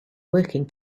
working